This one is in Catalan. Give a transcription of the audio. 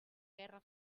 guerra